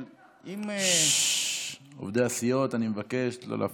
אבל אם, עובדי הסיעות, אני מבקש לא להפריע.